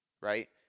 Right